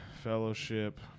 Fellowship